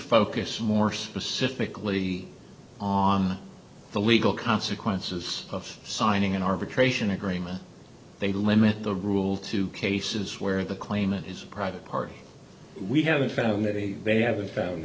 focus more specifically on the legal consequences of signing an arbitration agreement they limit the rule to cases where the claimant is a private party we haven't found it a they haven't found